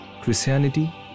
Christianity